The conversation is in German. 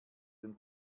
den